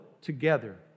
together